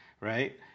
right